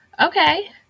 Okay